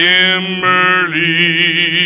Kimberly